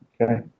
Okay